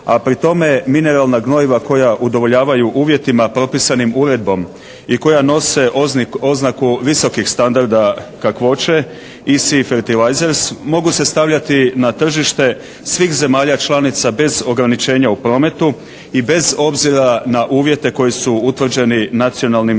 a pri tome mineralna gnojiva koja udovoljavaju uvjetima propisanim uredbom i koja nose oznaku visokih standarda kakvoće …/Govornik se ne razumije./… mogu se stavljati na tržište svih zemalja članica bez ograničenja u prometu i bez obzira na uvjete koji su utvrđeni nacionalnim propisima.